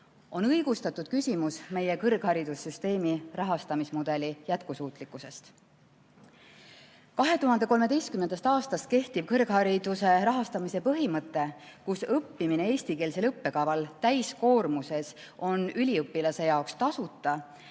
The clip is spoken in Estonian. on õigustatud küsimus meie kõrgharidussüsteemi rahastamismudeli jätkusuutlikkusest. 2013. aastast kehtiv kõrghariduse rahastamise põhimõte, kus õppimine eestikeelsel õppekaval täiskoormuses on üliõpilase jaoks tasuta, on